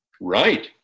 Right